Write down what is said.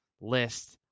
list